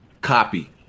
copy